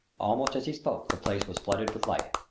almost as he spoke the place was flooded with light.